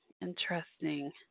Interesting